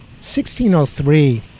1603